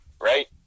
right